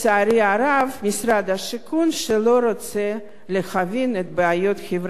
זה משרד השיכון שלא רוצה להבין את הבעיות החברתיות של אחרים.